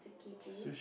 Tsukiji